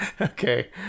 Okay